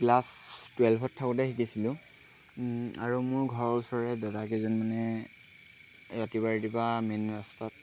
class টুৱেল্ভত থাকোঁতে শিকিছিলোঁ আৰু মোৰ ঘৰৰ ওচৰৰে দাদা কেইজনমানে ৰাতিপুৱা ৰাতিপুৱা মেইন ৰাস্তাত